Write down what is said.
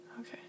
Okay